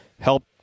help